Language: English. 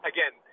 Again